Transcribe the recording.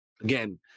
again